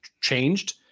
changed